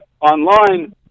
online